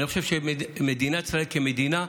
אני חושב שמדינת ישראל, כמדינה,